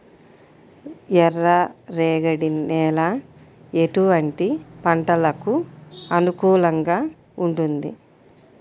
ఎర్ర రేగడి నేల ఎటువంటి పంటలకు అనుకూలంగా ఉంటుంది?